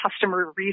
customer